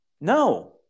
No